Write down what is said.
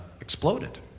exploded